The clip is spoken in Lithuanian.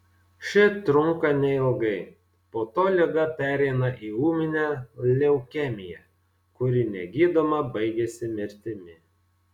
ši trunka neilgai po to liga pereina į ūminę leukemiją kuri negydoma baigiasi mirtimi